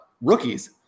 rookies